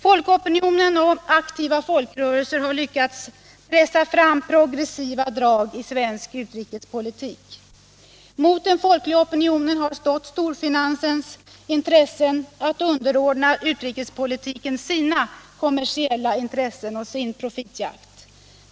Folkopinionen och aktiva folkrörelser har lyckats pressa fram progressiva drag i svensk utrikespolitik. Mot den folkliga opinionen har stått storfinansens intressen att underordna utrikespolitiken sina kommersiella intressen och sin profitjakt.